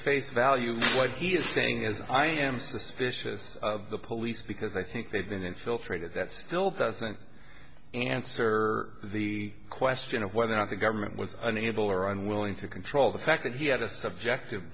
face value what he's saying is i am suspicious of the police because i think they've been infiltrated that still doesn't answer the question of whether or not the government was unable or unwilling to control the fact that he had a subjective